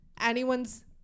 anyone's